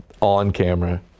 on-camera